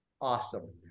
Awesome